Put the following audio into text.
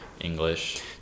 English